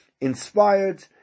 inspired